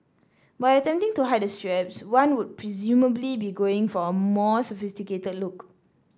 by attempting to hide the straps one would presumably be going for a more sophisticated look